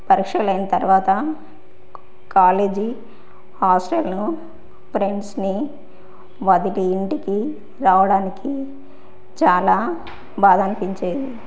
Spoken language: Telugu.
పరీక్షలైన తర్వాత కాలేజీ హాస్టల్ను ఫ్రెండ్స్ని వదిలి ఇంటికి రావడానికి చాలా బాధ అనిపించేది